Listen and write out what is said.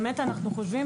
באמת אנחנו חושבים,